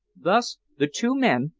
thus the two men,